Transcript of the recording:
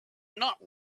not